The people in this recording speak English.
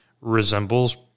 resembles